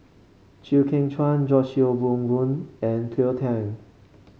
Chew Kheng Chuan George Yeo Wen Wen and Cleo Thang